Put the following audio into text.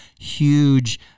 huge